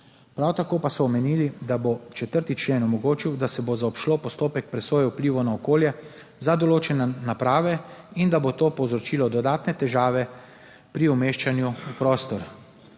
Prav tako pa so menili, da bo 4. člen omogočil, da se bo zaobšlo postopek presoje vplivov na okolje za določene naprave in da bo to povzročilo dodatne težave pri umeščanju v prostor.